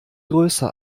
größe